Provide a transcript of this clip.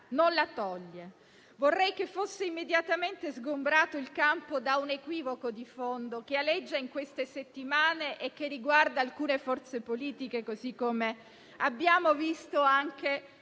non la toglie. Vorrei che fosse immediatamente sgombrato il campo da un equivoco di fondo che aleggia in queste settimane e che riguarda alcune forze politiche così come abbiamo visto anche